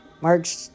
March